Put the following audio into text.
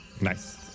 Nice